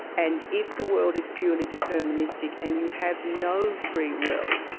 and if the world is purely deterministic, and you have no free will,